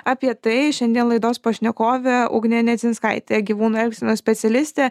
apie tai šiandien laidos pašnekovė ugnė nedzinskaitė gyvūnų elgsenos specialistė